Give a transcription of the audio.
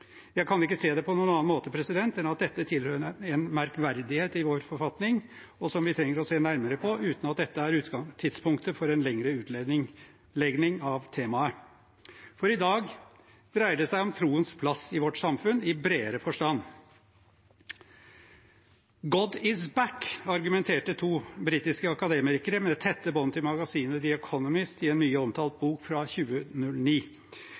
Jeg kan ikke se det på noen annen måte enn at dette tilhører en merkverdighet i vår forfatning, og som vi trenger å se nærmere på – uten at dette er tidspunktet for en lengre utlegning av temaet. I dag dreier det seg om troens plass i vårt samfunn i bredere forstand. «God is Back», argumenterte to britiske akademikere med tette bånd til magasinet The Economist i en mye omtalt bok fra 2009.